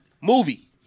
Movie